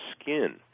skin